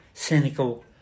cynical